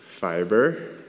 Fiber